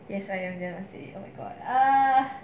yes I am damn unsteady oh my god ah